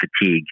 fatigue